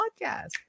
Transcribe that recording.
Podcast